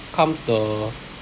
comes the